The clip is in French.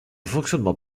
fonctionnement